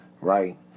right